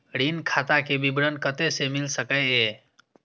ऋण खाता के विवरण कते से मिल सकै ये?